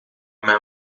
mijn